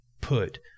put